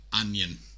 onion